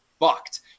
fucked